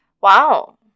Wow